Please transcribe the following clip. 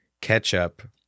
ketchup